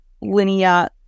linear